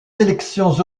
élections